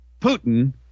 Putin